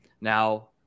Now